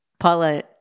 Paula